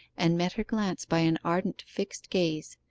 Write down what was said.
and met her glance by an ardent fixed gaze.